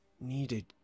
needed